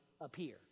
appear